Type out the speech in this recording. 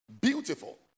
Beautiful